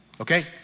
okay